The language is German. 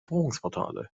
buchungsportale